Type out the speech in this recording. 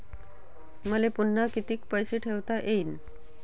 मले पुन्हा कितीक पैसे ठेवता येईन?